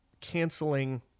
canceling